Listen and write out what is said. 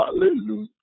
Hallelujah